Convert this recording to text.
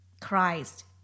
Christ